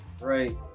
Right